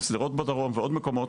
שדרות בדרום ועוד מקומות.